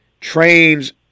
trains